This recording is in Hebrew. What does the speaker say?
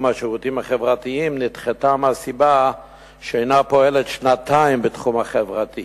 השירותים החברתיים נדחתה מהסיבה שאינה פועלת שנתיים בתחום החברתי.